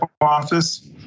office